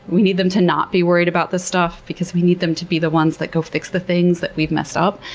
we need them to not be worried about this stuff because we need them to be the ones that go fix the things that we've messed up.